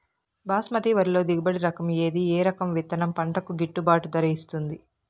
బాస్మతి వరిలో దిగుబడి రకము ఏది ఏ రకము విత్తనం పంటకు గిట్టుబాటు ధర ఇస్తుంది